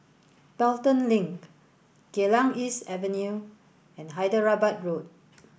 Pelton Link Geylang East Avenue and Hyderabad Road